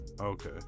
Okay